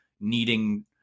needing